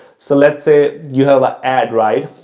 so, let's say you have an ad, right?